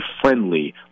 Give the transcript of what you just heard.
friendly